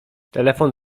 telefon